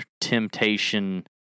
temptation